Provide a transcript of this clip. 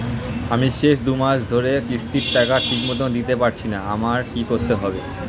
আমি শেষ দুমাস ধরে কিস্তির টাকা ঠিকমতো দিতে পারছিনা আমার কি করতে হবে?